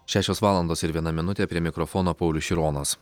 šešios valandos ir viena minutė prie mikrofono paulius šironas